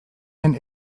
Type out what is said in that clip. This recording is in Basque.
den